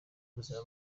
ubuzima